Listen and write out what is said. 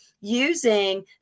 using